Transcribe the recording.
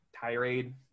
tirade